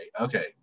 Okay